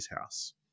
house